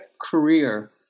career